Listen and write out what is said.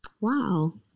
Wow